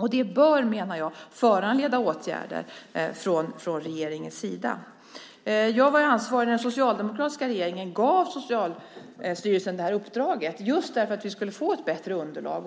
till exempel. Det bör, menar jag, föranleda åtgärder från regeringens sida. Jag var ju ansvarig när den socialdemokratiska regeringen gav Socialstyrelsen det här uppdraget just för att vi skulle få ett bättre underlag.